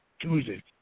Tuesday